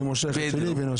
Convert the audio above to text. אני מושך את שלי.